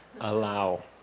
Allow